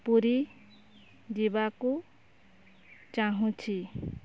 ପୁରୀ ଯିବାକୁ ଚାହୁଁଛି